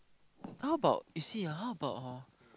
how about you see ah how about hor